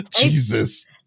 Jesus